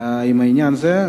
עם העניין הזה.